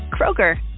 Kroger